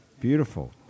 Beautiful